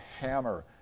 hammer